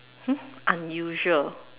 hmm unusual